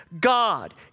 God